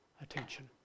attention